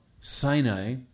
Sinai